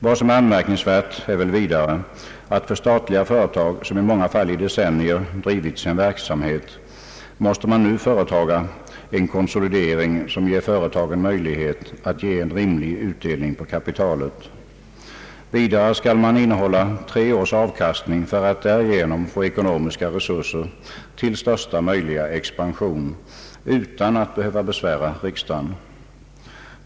Vad som är anmärkningsvärt är vidare att för statliga företag som i många fall under decennier drivit sin verksamhet måste man nu företa en konsolidering som ger företaget möjlighet till en rimlig utdelning på kapitalet. Vidare skall man innehålla tre års avkastning, för att därigenom få ekonomiska resurser till största möjliga expansion utan att behöva besvära riksdagen.